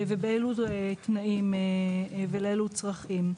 באילו תנאים ולאילו צרכים.